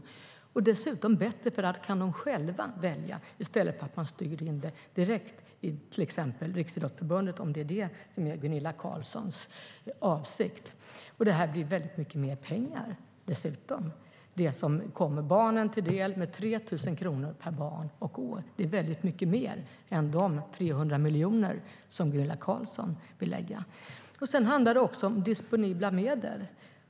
Dessutom är det bättre med fritidspeng, för då kan barnen själva välja idrott i stället för att de styrs direkt in i till exempel Riksidrottsförbundet, om det är det som är Gunilla Carlssons avsikt. Dessutom betyder det här att väldigt mycket mer pengar kommer barnen till - 3 000 kronor per barn och år. Det är väldigt mycket mer än de 300 miljoner som Gunilla Carlsson vill satsa. Sedan handlar det också om disponibla medel.